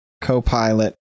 co-pilot